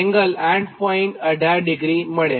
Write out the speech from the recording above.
18° મળે